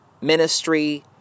ministry